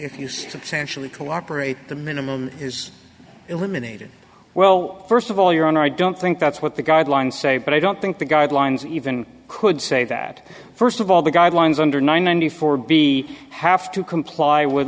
substantially cooperate the minimum is eliminated well first of all your honor i don't think that's what the guidelines say but i don't think the guidelines even could say that first of all the guidelines under ninety four b have to comply with